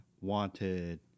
wanted